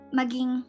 maging